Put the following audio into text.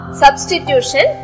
substitution